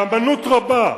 באמנות רבה.